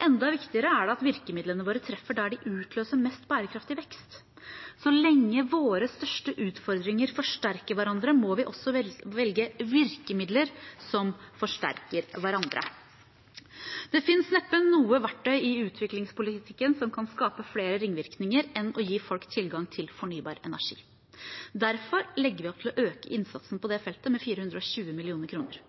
Enda viktigere er det at virkemidlene våre treffer der de utløser mest bærekraftig vekst. Så lenge våre største utfordringer forsterker hverandre, må vi også velge virkemidler som forsterker hverandre. Det finnes neppe noe verktøy i utviklingspolitikken som kan skape flere ringvirkninger enn å gi folk tilgang til fornybar energi. Derfor legger vi opp til å øke innsatsen på det feltet med 420